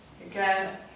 again